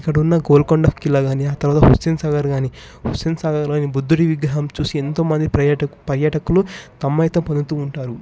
ఇక్కడ ఉన్న గోల్కొండ కిలా గానీ ఆ తర్వాత హుస్సేన్ సాగర్ గానీ హుస్సేన్ సాగర్లోని బుద్ధుడి విగ్రహం చూసి ఎంతో మంది పర్యాటకు పర్యాటకులు తమ్మయత్వం పొందుతూ ఉంటారు